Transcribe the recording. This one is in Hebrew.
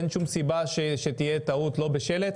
אין שום סיבה שתהיה טעות לא בשלט,